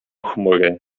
chmury